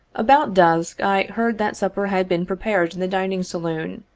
about dusk i heard that supper had been prepared in the dining saloon,